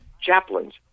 chaplains